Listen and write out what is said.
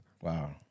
Wow